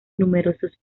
numerosos